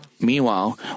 meanwhile